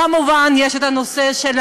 כמובן, יש הנושא,